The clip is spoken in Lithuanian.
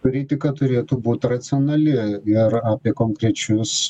kritika turėtų būt racionali ir apie konkrečius